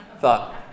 thought